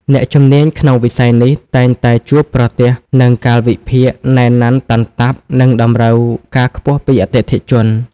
អ្នកជំនាញក្នុងវិស័យនេះតែងតែជួបប្រទះនឹង កាលវិភាគណែនណាន់តាន់តាប់ និងតម្រូវការខ្ពស់ពីអតិថិជន។